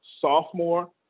sophomore